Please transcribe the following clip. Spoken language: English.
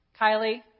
Kylie